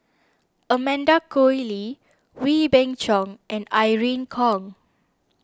Amanda Koe Lee Wee Beng Chong and Irene Khong